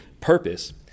Purpose